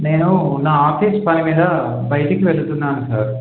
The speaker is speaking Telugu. నేను నా ఆఫీస్ పని మీద బయటకి వెళ్ళతున్నాను సార్